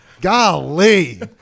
Golly